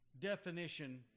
definition